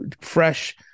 fresh